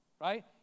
right